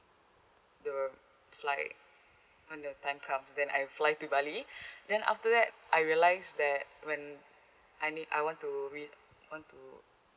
there were flight when the times come then I fly to bali then after that I realised that when I need I want to re~ want to